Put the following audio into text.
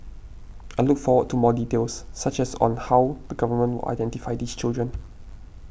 I look forward to more details such as on how the government identify these children